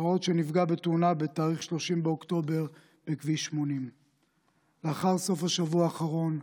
שנפגע בתאונה ב-30 באוקטובר בכביש 80. לאחר סוף השבוע האחרון,